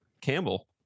Campbell